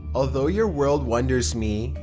although your world wonders me,